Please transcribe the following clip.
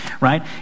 right